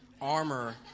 armor